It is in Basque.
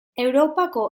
europako